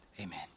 Amen